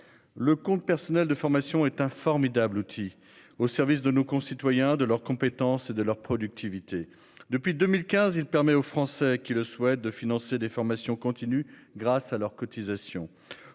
Le compte personnel de formation est un formidable outil au service de nos concitoyens de leur compétence et de leur productivité depuis 2015, il permet aux Français qui le souhaitent de financer des formations continues grâce à leur cotisation